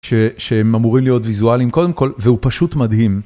שהם אמורים להיות ויזואליים קודם כל, והוא פשוט מדהים.